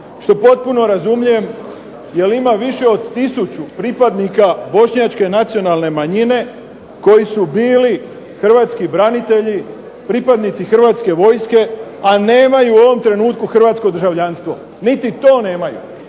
što potpuno razumijem jer ima više od 1000 pripadnika Bošnjačke nacionalne manjine koji su bili Hrvatski branitelji, pripadnici Hrvatske vojske, a nemaju u ovom trenutku Hrvatsko državljanstvo, čak niti to nemaju.